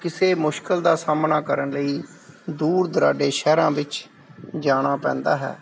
ਕਿਸੇ ਮੁਸ਼ਕਲ ਦਾ ਸਾਹਮਣਾ ਕਰਨ ਲਈ ਦੂਰ ਦੁਰਾਡੇ ਸ਼ਹਿਰਾਂ ਵਿੱਚ ਜਾਣਾ ਪੈਂਦਾ ਹੈ